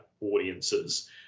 audiences